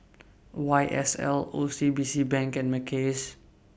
Y S L O C B C Bank and Mackays